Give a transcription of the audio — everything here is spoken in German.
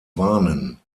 warnen